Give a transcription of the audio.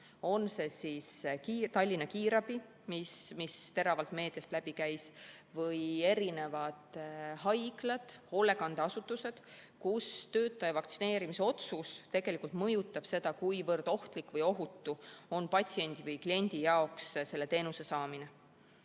on see siis Tallinna Kiirabi, mis teravalt meediast läbi käis, või haiglad ja hoolekandeasutused, kus töötaja vaktsineerimisotsus tegelikult mõjutab seda, kui ohtlik või ohutu on patsiendi või kliendi jaoks teenuse saamine.